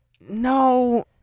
no